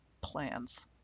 plans